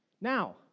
Now